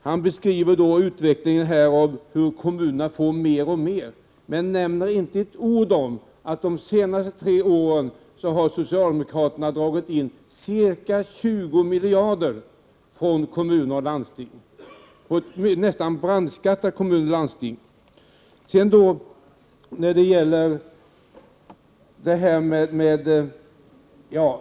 Han beskrev en utveckling där kommunerna får mer och mer, men nämnde inte ord om att socialdemokraterna de senaste tre åren har dragit in ca 20 miljarder kronor från kommuner och landsting och praktiskt taget brandskattat dem.